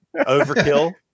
Overkill